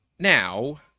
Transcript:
Now